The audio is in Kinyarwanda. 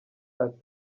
ati